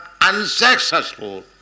unsuccessful